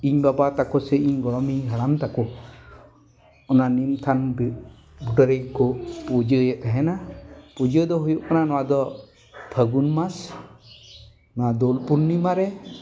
ᱤᱧ ᱵᱟᱵᱟ ᱛᱟᱠᱚ ᱥᱮ ᱤᱧ ᱜᱚᱲᱚᱢ ᱤᱧ ᱦᱟᱲᱟᱢ ᱛᱟᱠᱚ ᱚᱱᱟ ᱱᱤᱢ ᱛᱷᱟᱱ ᱵᱩᱴᱟᱹᱨᱮᱜᱮ ᱠᱚ ᱯᱩᱡᱟᱹᱭᱮᱫ ᱛᱟᱦᱮᱱᱟ ᱯᱩᱡᱟᱹ ᱫᱚ ᱦᱩᱭᱩᱜ ᱠᱟᱱᱟ ᱱᱚᱣᱟ ᱫᱚ ᱯᱷᱟᱹᱜᱩᱱ ᱢᱟᱥ ᱱᱚᱣᱟ ᱫᱳᱞ ᱯᱩᱨᱱᱤᱢᱟ ᱨᱮ